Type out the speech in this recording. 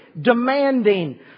demanding